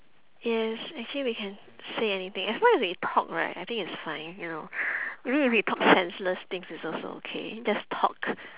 yes actually we can say anything as long as we talk right I think it's fine you know maybe if we talk senseless things it's also okay just talk